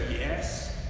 yes